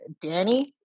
Danny